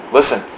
Listen